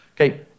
Okay